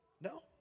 No